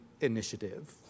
initiative